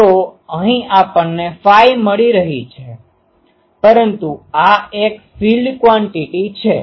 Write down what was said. તો અહીં આપણને ફાઈ મળી રહી છે પરંતુ આ એક ફિલ્ડ ક્વાન્ટીટી છે